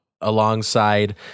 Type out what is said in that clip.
alongside